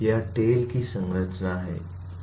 यह टेल की संरचना है